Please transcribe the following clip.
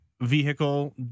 vehicle